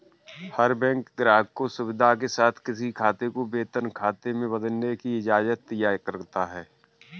हर bank ग्राहक को सुविधा के साथ किसी खाते को वेतन खाते में बदलने की इजाजत दिया करता है